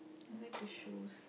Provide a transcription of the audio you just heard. I like the shoes